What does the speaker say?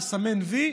לסמן וי,